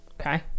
Okay